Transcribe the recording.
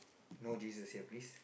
no Jesus here please